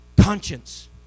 Conscience